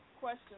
question